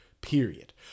period